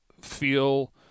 feel –